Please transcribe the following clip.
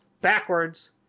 backwards